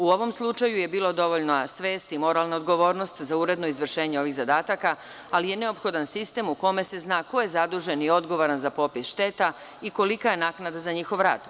U ovom slučaju je bila dovoljna svest i moralna odgovornost za uredno izvršenje ovih zadataka, ali je neophodan sistem u kome se zna ko je zadužen i odgovoran za popis šteta i kolika je naknada za njihov rad.